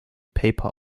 paper